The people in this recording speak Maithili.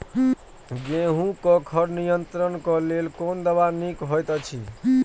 गेहूँ क खर नियंत्रण क लेल कोन दवा निक होयत अछि?